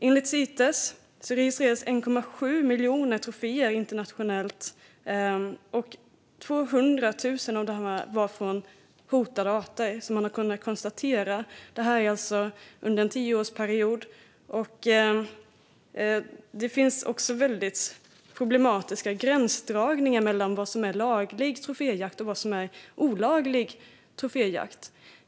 Enligt Cites registrerades under en tioårsperiod 1,7 miljoner troféer internationellt, och man har kunnat konstatera att 200 000 av dem var från hotade arter. Det finns också väldigt problematiska gränsdragningar mellan vad som är laglig troféjakt och vad som är olaglig troféjakt.